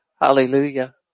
hallelujah